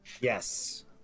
Yes